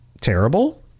terrible